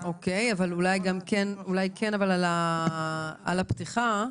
אולי כן על הפתיחה